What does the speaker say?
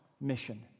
mission